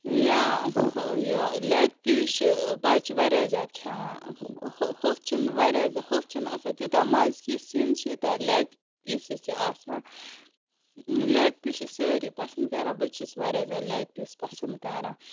یا یہِ leg piece چھِ بَچہٕ واریاہ زیادٕ کھیٚوان ہوٚکھ چھِنہٕ واریاہ زیادٕ ہۄتھ چھِنہٕ آسان تیوٗتاہ مَزٕ کیٚنٛہہ سیٖنَس یوٗتاہ لیٚگ پیٖسَس چھِ آسان لیٚگ پیٖس چھِ سٲری پسنٛد کران بہٕ چھَس واریاہ زیادٕ لیٚگ پیٖس پسنٛد کران